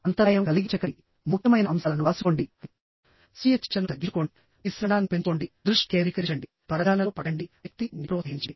అంతరాయం కలిగించకండి ముఖ్యమైన అంశాలను వ్రాసుకోండి స్వీయ చర్చను తగ్గించుకోండి మీ శ్రవణాన్ని పెంచుకోండిదృష్టి కేంద్రీకరించండి పరధ్యానంలో పడకండివ్యక్తి ని ప్రోత్సహించండి